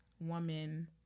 woman